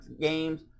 games